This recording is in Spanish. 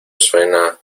suena